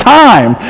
time